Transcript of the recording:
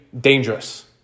dangerous